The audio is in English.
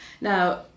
Now